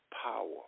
power